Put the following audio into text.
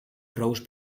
rose